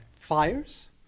fires